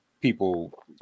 people